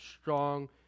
strong